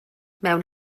mewn